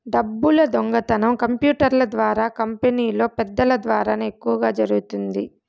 డబ్బులు దొంగతనం కంప్యూటర్ల ద్వారా కంపెనీలో పెద్దల ద్వారానే ఎక్కువ జరుగుతుంది